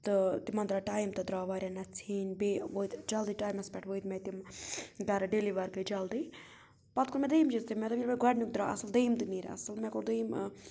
تہٕ تِمَن درٛاو ٹایم تہٕ درٛاو واریاہ نہ ژھیٚنۍ بیٚیہِ وٲتۍ جلدی ٹایمَس پٮ۪ٹھ وٲتۍ مےٚ تِم گَرٕ ڈیٚلِوَر گٔے جلدی پَتہٕ کوٚر مےٚ دوٚیِم چیٖز تہٕ مےٚ دوٚپ ییٚلہِ مےٚ گۄڈنیُک درٛاو اَصٕل دوٚیِم تہِ نیرِ اَصٕل مےٚ کوٚر دوٚیِم